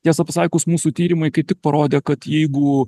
tiesa pasakius mūsų tyrimai kaip tik parodė kad jeigu